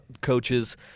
coaches